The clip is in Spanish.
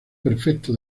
perfecto